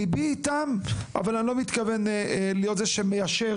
ליבי איתם אבל אני לא מתכוון להיות זה שמיישר